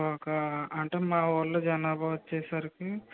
ఒక అంటే మా వాళ్ళు జనాభా వచ్చేసరికి